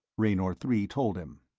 raynor three told him.